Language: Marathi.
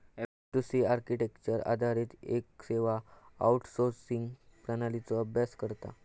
एफ.टू.सी आर्किटेक्चरवर आधारित येक सेवा आउटसोर्सिंग प्रणालीचो अभ्यास करता